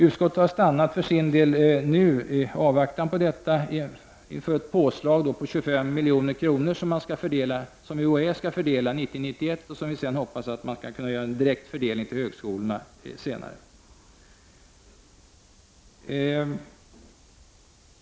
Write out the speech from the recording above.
Utskottet har i avvaktan på detta stannat inför ett påslag på 25 milj.kr., som UHÄ skall fördela 1990/91, varefter fördelningen sker direkt till högskolorna.